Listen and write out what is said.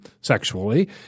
sexually